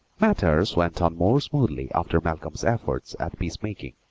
matters went on more smoothly after malcolm's efforts at peacemaking,